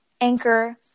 Anchor